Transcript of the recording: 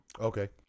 Okay